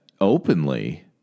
openly